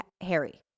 Harry